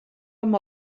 amb